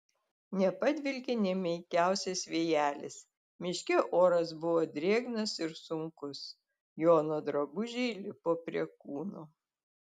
nepadvelkė nė menkiausias vėjelis miške oras buvo drėgnas ir sunkus jono drabužiai lipo prie kūno